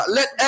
Let